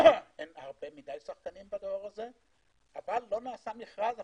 אין הרבה מדי שחקנים, אבל לא נעשה מכרז הפעם.